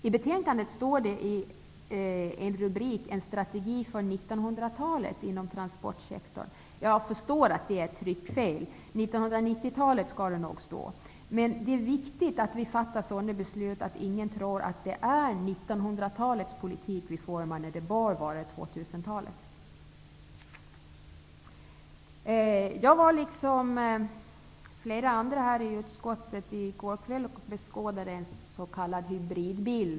I betänkandet finns rubriken En strategi för 1900-talet inom transportsektorn. Jag förstår att det måste vara ett tryckfel; det skall nog vara 1990-talet. Men det är viktigt att vi fattar sådana beslut att ingen tror att vi utformar 1900 talets politik när det bör vara 2000-talets. Liksom flera andra i utskottet var jag i går kväll och beskådade en s.k. hybridbil.